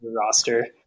roster